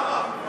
למה?